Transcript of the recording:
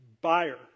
buyer